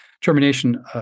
termination